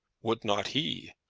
would not he,